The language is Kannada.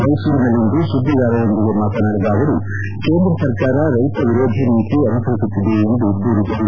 ಮೈಸೂರಿನಲ್ಲಿಂದು ಸುದ್ದಿಗಾರರೊಂದಿಗೆ ಮಾತನಾಡಿದ ಅವರು ಕೇಂದ್ರ ಸರ್ಕಾರ ರೈತ ವಿರೋಧಿ ನೀತಿ ಅನುಸರಿಸುತ್ತಿದೆ ಎಂದು ದೂರಿದರು